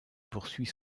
poursuit